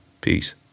Peace